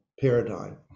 paradigm